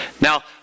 Now